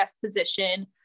position